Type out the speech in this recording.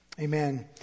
Amen